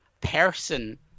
person